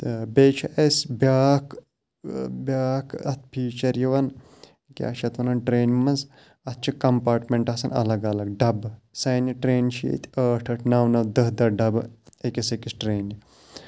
تہٕ بیٚیہِ چھُ اَسہِ بیٛاکھ بیٛاکھ اَتھ فیٖچَر یِوان کیٛاہ چھِ اَتھ وَنان ٹرٛینہِ منٛز اَتھ چھِ کَمپاٹمٮ۪نٛٹ آسان الگ الگ ڈَبہٕ سانہِ ٹرٛینہِ چھِ ییٚتہِ ٲٹھ ٲٹھ نَو نَو دَہ دَہ ڈَبہٕ أکِس أکِس ٹرٛینہِ